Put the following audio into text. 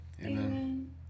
Amen